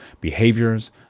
behaviors